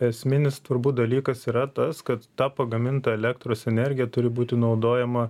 esminis turbūt dalykas yra tas kad ta pagaminta elektros energija turi būti naudojama